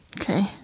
Okay